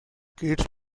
kids